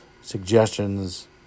suggestions